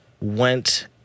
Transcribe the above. went